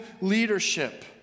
leadership